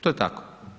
To je tako.